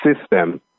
system